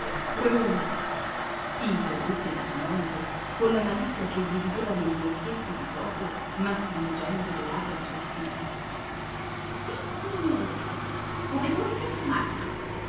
interruppe il canonico colla malizia che gli rideva negli occhietti di topo ma stringendo le labbra sottili sissignore come volete chiamarla